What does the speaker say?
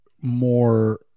more